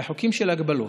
אלא חוקים של הגבלות.